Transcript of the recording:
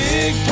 Big